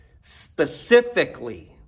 specifically